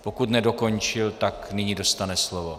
Pokud nedokončil, tak nyní dostane slovo.